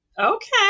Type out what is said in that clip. Okay